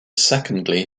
secondly